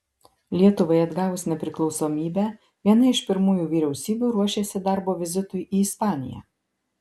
lietuvai atgavus nepriklausomybę viena iš pirmųjų vyriausybių ruošėsi darbo vizitui į ispaniją